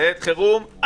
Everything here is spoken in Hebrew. לעת חירום.